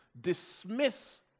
dismiss